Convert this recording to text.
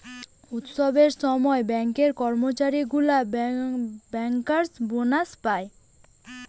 উৎসবের সময় ব্যাঙ্কের কর্মচারী গুলা বেঙ্কার্স বোনাস পায়